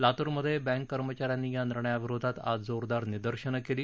लातूरमधे बँककर्मचा यांनी या निर्णया विरोधात आज जोरदार निदर्शनं केली